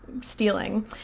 stealing